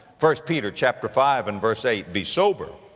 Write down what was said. first peter chapter five and verse eight, be sober,